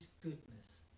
goodness